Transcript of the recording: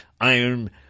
iron